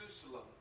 Jerusalem